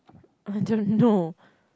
I don't know